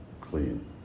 clean